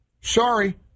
Sorry